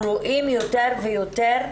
אנחנו רואים יותר ויותר,